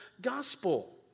gospel